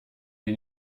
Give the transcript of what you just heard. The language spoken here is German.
die